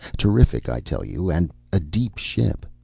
terrific, i tell you and a deep ship.